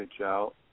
out